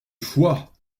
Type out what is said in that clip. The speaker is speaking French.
choix